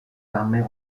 armées